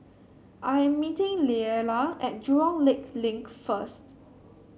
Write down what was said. I am meeting Leala at Jurong Lake Link first